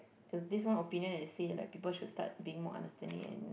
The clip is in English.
there was this one opinion that say like people should start being more understanding and